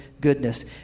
goodness